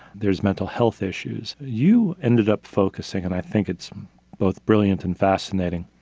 there's mental health issues. you ended up focusing, and i think it's both brilliant and fascinating,